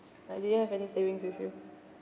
I didn't have any savings with you